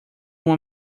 uma